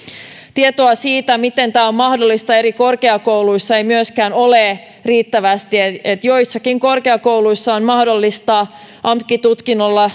tietoa siitä miten tämä on mahdollista eri korkeakouluissa ei myöskään ole riittävästi joissakin korkeakouluissa on mahdollista amk tutkinnolla